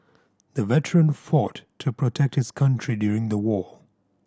the veteran fought to protect his country during the war